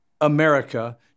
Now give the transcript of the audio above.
America